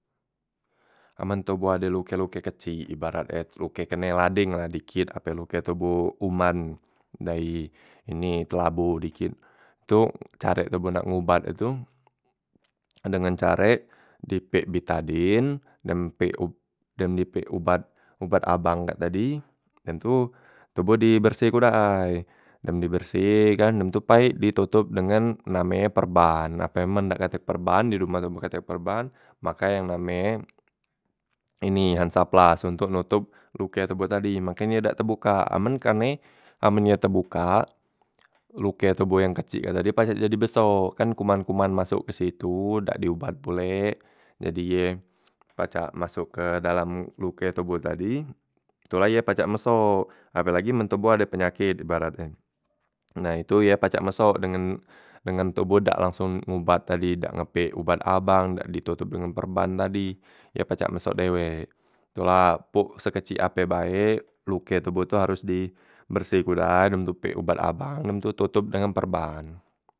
Amen toboh ade luke- luke kecik ibarat e tu luke kene ladeng lah dikit ape luke toboh uman dayi ini kelabo dikit, itu carek toboh nak ngobat e tu dengan carek di pek betadine dem pek ub dem di pek ubat ubat abang kak tadi dem tu toboh diberseh ku dai, dem diberseh e kan, dem tu pai ditotop dengan name e perban, nah pai men dak katek perban di umah tu dak katek perban make yang name e ini hansaplast ontok notop luke toboh tadi makenye dak tebukak, amen karne amen ye tebukak luke toboh yang kecik kak tadi pacak jadi beso, kan kuman- kuman masok kesitu dak diubat pulek jadi ye pacak masok ke dalam luke toboh tadi, tu la ye pacak mesok, apelagi men toboh ade penyakit ibarat e, nah itu ye pacak mesok dengan dengan toboh dak langsong ubat tadi dak nge pek ubat abang dak ditotop dengan perban tadi ye pacak meso dewek, la puk sekecik ape bae luke toboh tu haros diberseh ku dai dem tu pek ubat abang dem tu totop dengan perban.